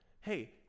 hey